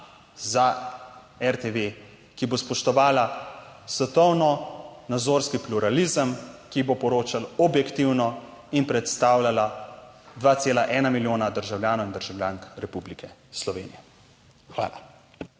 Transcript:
za RTV, ki bo spoštovala svetovno nazorski pluralizem, ki bo poročala objektivno in predstavljala 2,1 milijona državljanov in državljank Republike Slovenije. Hvala.